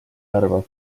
arvab